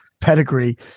pedigree